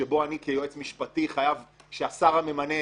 שבו אני כיועץ משפטי חייב שהשר הממנה